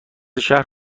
شهر